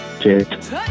Cheers